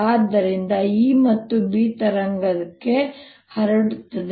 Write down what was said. ಆದ್ದರಿಂದ E ಮತ್ತು B ತರಂಗದಂತೆ ಹರಡುತ್ತದೆ